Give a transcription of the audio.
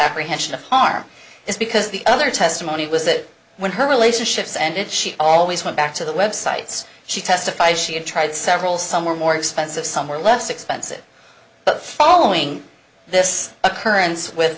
apprehension of harm is because the other testimony was that when her relationships and she always went back to the websites she testified she had tried several somewhere more expensive somewhere less expensive but following this occurrence with